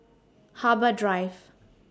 Harbour Drive